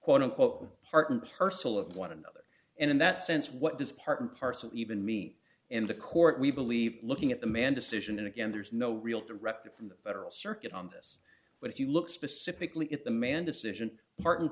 quote unquote apartment parcel of one another and in that sense what does part and parcel even mean and the court we believe looking at the man decision and again there's no real directive from the federal circuit on this but if you look specifically at the man decision part and